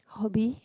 hobby